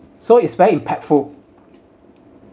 so it's very impactful